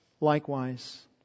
likewise